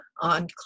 on